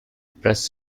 press